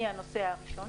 מהנוסע הראשון